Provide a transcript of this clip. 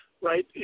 right